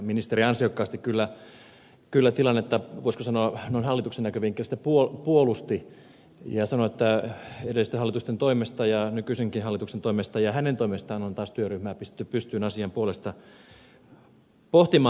ministeri ansiokkaasti kyllä tilannetta voisiko sanoa noin hallituksen näkövinkkelistä puolusti ja sanoi että edellisten hallitusten ja nykyisenkin hallituksen toimesta ja hänen toimestaan on taas työryhmää pistetty pystyyn asiaa pohtimaan